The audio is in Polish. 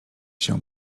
się